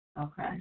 Okay